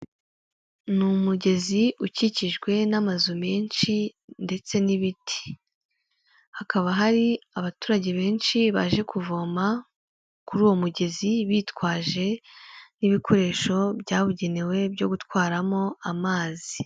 Ni umugezi ukikijwe n'amazu menshi ndetse n'ibiti hakaba hari abaturage benshi baje kuvoma kuri uwo mugezi bitwaje n'ibikoresho byabugenewe byo gutwaramo amazi.